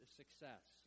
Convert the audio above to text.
success